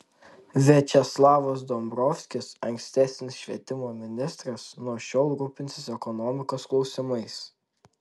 viačeslavas dombrovskis ankstesnis švietimo ministras nuo šiol rūpinsis ekonomikos klausimais